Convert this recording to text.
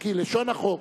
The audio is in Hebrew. כי לשון החוק